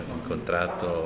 incontrato